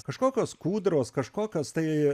kažkokios kūdros kažkokios tai